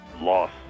Loss